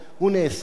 הוא נאסר,